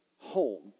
home